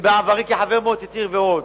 ובעברי כחבר מועצת עיר ועוד,